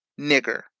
Nigger